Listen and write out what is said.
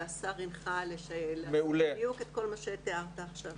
והשר הנחה לעשות בדיוק את כל מה שתיארת עכשיו.